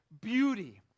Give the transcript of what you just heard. beauty